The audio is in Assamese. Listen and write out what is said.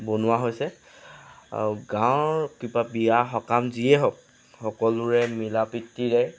বনোৱা হৈছে গাঁৱৰ কিবা বিয়া সকাম যিয়ে হওক সকলোৰে মিলা প্ৰীতিৰে